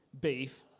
beef